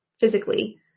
physically